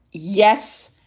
yes,